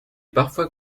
parfois